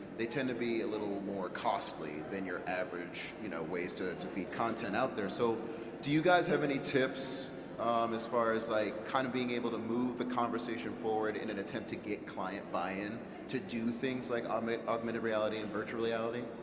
they tend to be a little more costly than your average you know ways to to feed content out there, so do you guys have any tips as far as like kind of being able to move the conversation forward in an attempt to get client buy-in to do things like um augmented reality and virtual reality?